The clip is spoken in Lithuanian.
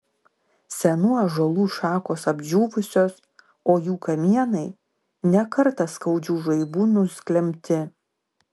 senų ąžuolų šakos apdžiūvusios o jų kamienai ne kartą skaudžių žaibų nusklembti